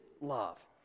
love